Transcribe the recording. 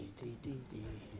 deedeedee.